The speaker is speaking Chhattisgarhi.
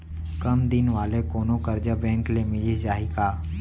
कम दिन वाले कोनो करजा बैंक ले मिलिस जाही का?